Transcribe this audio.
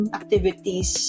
activities